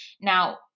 now